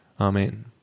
Amen